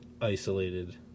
isolated